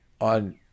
on